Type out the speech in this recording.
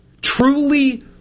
Truly